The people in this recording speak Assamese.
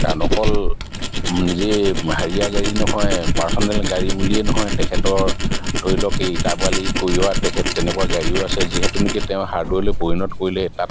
কাৰণ অকল নিজে হেৰিয়াৰ গাড়ী নহয় পাৰ্চনেল গাড়ী বুলিয়েই নহয় তেখেতৰ ধৰি লওক এই ইটা বালি কঢ়িওৱা তেখেত তেনেকুৱা গাড়ীও আছে যিহেতু নেকি তেওঁ হাৰ্ডৱেৰলৈ পৰিণত কৰিলে তাত তাত